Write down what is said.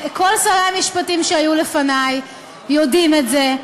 כל שרי המשפטים שהיו לפני יודעים את זה,